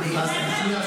אני רק